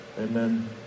Amen